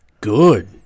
good